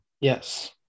Yes